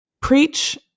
preach